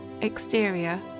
Exterior